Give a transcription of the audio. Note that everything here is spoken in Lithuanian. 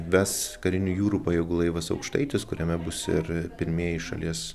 ves karinių jūrų pajėgų laivas aukštaitis kuriame bus ir pirmieji šalies